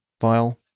file